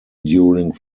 during